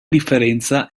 differenza